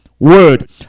Word